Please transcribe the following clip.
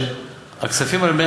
זה הגיוני בעיניך שהכספים האלה,